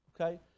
Okay